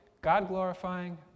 God-glorifying